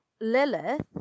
Lilith